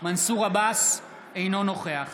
מנסור עבאס, אינו נוכח